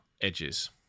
edges